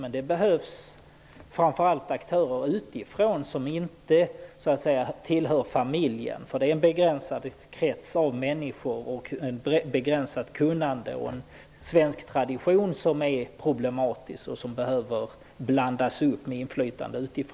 Men det behövs framför allt aktörer utifrån som inte ''tillhör familjen''. Det är nämligen en begränsad krets av människor och ett begränsat kunnande som behöver blandas upp med ett inflytande utifrån; det är en svensk tradition som är problematisk.